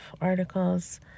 articles